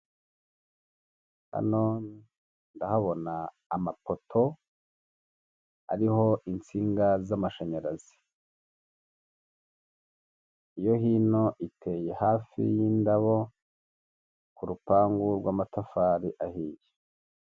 Hano ndahabona amapoto ariho insinga z'amashanyarazi, iyo hino iteye hafi y'indabo ku rupangu rw'amatafari ahiye.